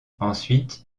ensuite